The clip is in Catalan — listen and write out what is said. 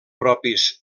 propis